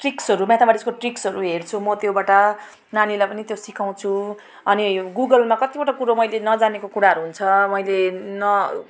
ट्रिक्सहरू म्याथम्याटिक्सको ट्रिक्सहरू हेर्छु म त्योबाट नानीलाई पनि त्यो सिकाउँछु अनि यो गुगलमा कतिवटा कुरो मैले नजानेको कुराहरू हुन्छ मैले न